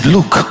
Look